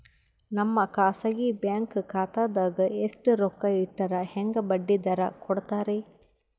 ನಮ್ಮ ಖಾಸಗಿ ಬ್ಯಾಂಕ್ ಖಾತಾದಾಗ ಎಷ್ಟ ರೊಕ್ಕ ಇಟ್ಟರ ಹೆಂಗ ಬಡ್ಡಿ ದರ ಕೂಡತಾರಿ?